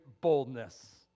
boldness